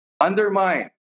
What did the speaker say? undermine